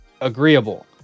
agreeable